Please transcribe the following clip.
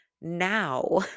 now